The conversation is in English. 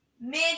mid